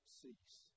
cease